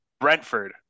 Brentford